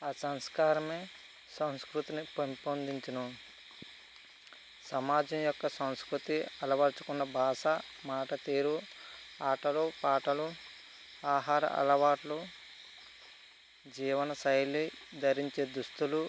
ఆ సంస్కారం సంస్కృతిని పెంపొందించును సమాజం యొక్క సంస్కృతి అలవరచుకున్న భాష మాట తీరు ఆటలు పాటలు ఆహార అలవాట్లు జీవన శైలి ధరించే దుస్తులు